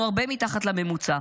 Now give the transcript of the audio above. אנחנו הרבה מתחת לממוצע.